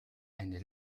eine